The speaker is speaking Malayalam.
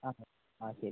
ഓക്കെ ആ ശരി